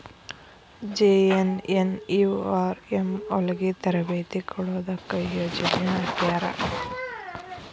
JNNURM ಹೊಲಗಿ ತರಬೇತಿ ಕೊಡೊದಕ್ಕ ಯೊಜನೆ ಹಾಕ್ಯಾರ